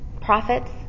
Prophets